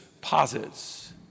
posits